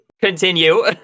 Continue